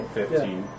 fifteen